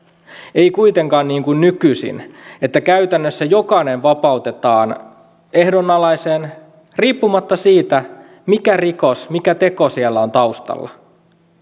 ei kuitenkaan niin kuin nykyisin että käytännössä jokainen vapautetaan ehdonalaiseen riippumatta siitä mikä rikos mikä teko siellä on taustalla